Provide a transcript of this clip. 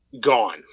gone